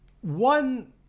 one